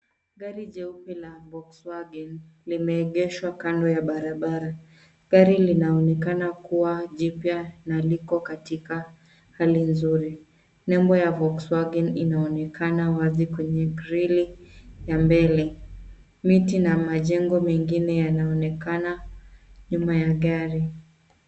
Gari jeupe la cs[Volkswagen]cs limeegeshwa kando ya barabara. Gari linaonekana kuwa jipya na liko katika hali nzuri. Nembo ya cs[Volkswagen]cs inaonekana wazi kwenye greli ya mbele. Miti na majengo mengine yanaonekana nyuma ya gari.